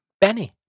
Benny